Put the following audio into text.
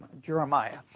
Jeremiah